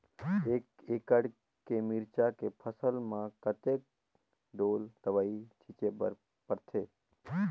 एक एकड़ के मिरचा के फसल म कतेक ढोल दवई छीचे पड़थे?